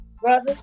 brother